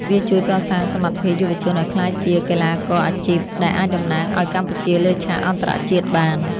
វាជួយកសាងសមត្ថភាពយុវជនឱ្យក្លាយជាកីឡាករអាជីព ដែលអាចតំណាងឱ្យកម្ពុជាលើឆាកអន្តរជាតិបាន។